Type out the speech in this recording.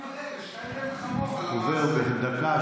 עובר בדקה,